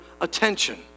attention